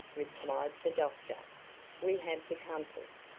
replied the doctor we have the compass.